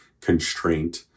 constraint